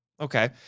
Okay